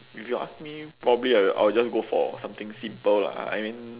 if you ask me probably I will I will just go for something simple lah I mean